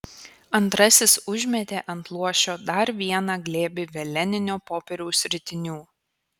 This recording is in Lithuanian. antrasis užmetė ant luošio dar vieną glėbį veleninio popieriaus ritinių